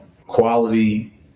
quality